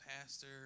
Pastor